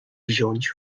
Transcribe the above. wziąć